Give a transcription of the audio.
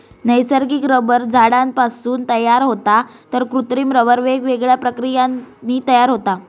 नैसर्गिक रबर झाडांपासून तयार होता तर कृत्रिम रबर वेगवेगळ्या प्रक्रियांनी तयार होता